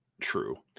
true